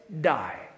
Die